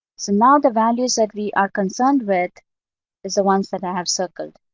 so now the values that we are concerned with is the ones that i have circled,